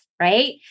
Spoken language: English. right